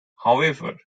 however